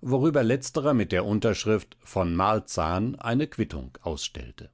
worüber letzterer mit der unterschrift v malzahn eine quittung ausstellte